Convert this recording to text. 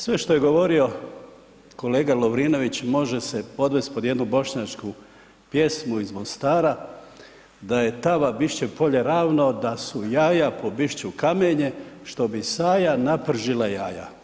Sve što je govorio kolega Lovrinović može se podvest pod jednu bošnjačku pjesmu iz Mostara „da je tava bišće polje ravno, da su jaja po bišću kamenje, što bi saja napržila jaja“